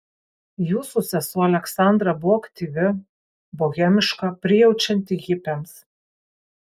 jūsų sesuo aleksandra buvo aktyvi bohemiška prijaučianti hipiams